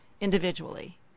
individually